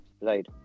Right